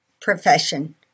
profession